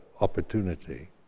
opportunity